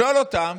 לשאול אותם,